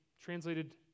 translated